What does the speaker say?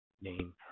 name